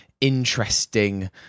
interesting